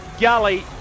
gully